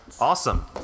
Awesome